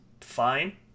fine